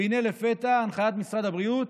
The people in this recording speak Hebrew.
והינה לפתע הנחיית משרד הבריאות,